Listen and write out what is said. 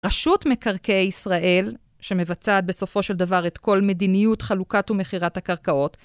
רשות מקרקעי ישראל, שמבצעת בסופו של דבר את כל מדיניות חלוקת ומכירת הקרקעות,